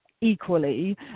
equally